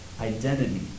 identity